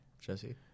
Jesse